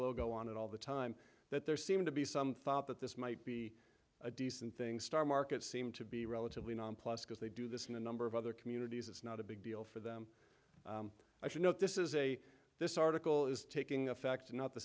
logo on it all the time that there seem to be some thought that this might be a decent thing star market seem to be relatively nonplussed because they do this in a number of other communities it's not a big deal for them i should note this is a this article is taking effect and not the